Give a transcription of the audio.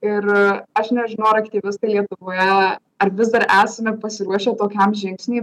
ir aš nežinau ar aktyvistai lietuvoje ar vis dar esame pasiruošę tokiam žingsniui